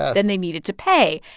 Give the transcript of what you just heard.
than they needed to pay.